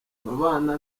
ababana